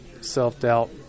self-doubt